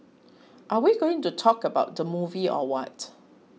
are we going to talk about the movie or what